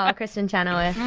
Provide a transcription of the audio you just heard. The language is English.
ah kristin chenoweth.